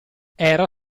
era